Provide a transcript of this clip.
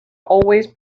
always